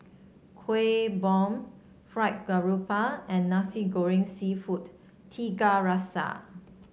Kueh Bom Fried Grouper and Nasi Goreng seafood Tiga Rasa